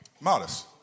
Modest